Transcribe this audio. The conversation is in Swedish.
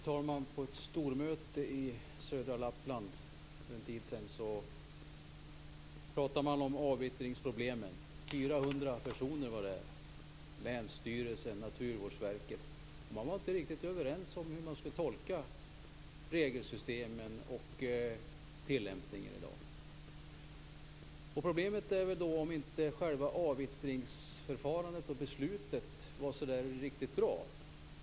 Fru talman! På ett stormöte i södra Lappland för en tid sedan talade man om avvittringsproblemen. 400 personer var där, bl.a. från länsstyrelsen och Naturvårdsverket. Man var inte riktigt överens om hur man skall tolka regelsystemen och tillämpningen i dag. Problemet är att själva avvittringsförfarandet och beslutet inte var riktigt bra.